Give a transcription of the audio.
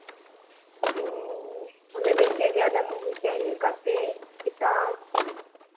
हमें देखिए ज़्यादा का चाहिए कॉपी किताब